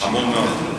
חמור מאוד.